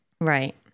Right